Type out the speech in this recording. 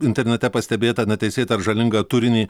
internete pastebėtą neteisėtą ar žalingą turinį